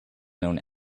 known